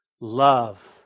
love